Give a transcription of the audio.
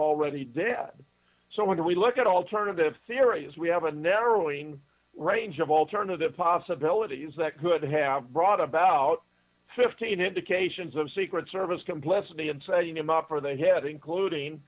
already dead so when we look at alternative theories we have a narrowing range of alternative possibilities that could have brought about fifteen indications of secret service complicity in setting him up for the head including